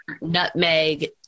nutmeg